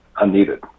unneeded